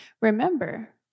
Remember